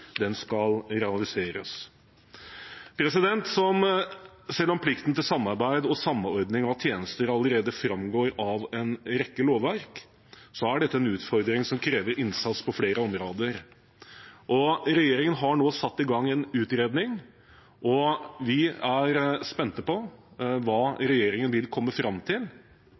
den skal realiseres. Selv om plikten til samarbeid og samordning av tjenester allerede framgår av en rekke lovverk, er dette en utfordring som krever innsats på flere områder. Regjeringen har nå satt i gang en utredning, og vi er spent på hva regjeringen vil komme fram til.